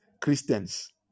Christians